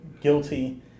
guilty